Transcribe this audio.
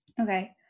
okay